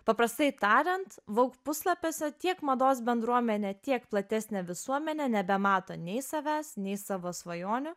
paprastai tariant vogue puslapiuose tiek mados bendruomenė tiek platesnė visuomenė nebemato nei savęs nei savo svajonių